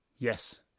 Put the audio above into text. Yes